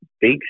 big